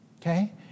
Okay